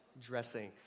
dressing